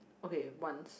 okay once